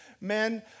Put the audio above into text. men